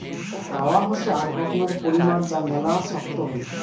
rubber হসে আক রকমের পলিমার যা মেলা ছক্ত হই